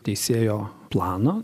teisėjo planą